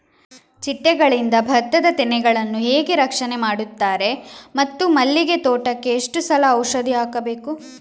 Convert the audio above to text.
ಚಿಟ್ಟೆಗಳಿಂದ ಭತ್ತದ ತೆನೆಗಳನ್ನು ಹೇಗೆ ರಕ್ಷಣೆ ಮಾಡುತ್ತಾರೆ ಮತ್ತು ಮಲ್ಲಿಗೆ ತೋಟಕ್ಕೆ ಎಷ್ಟು ಸಲ ಔಷಧಿ ಹಾಕಬೇಕು?